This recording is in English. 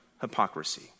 hypocrisy